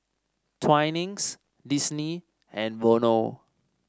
Twinings Disney and Vono